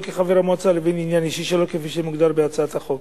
כחבר המועצה לבין עניין אישי שלו כפי שמוגדר בהצעת החוק.